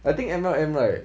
I think M_L_M right